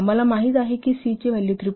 आम्हाला माहित आहे की c ची व्हॅल्यू 3